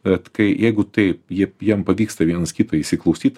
bet kai jeigu taip ji jam pavyksta vienas kitą įsiklausyt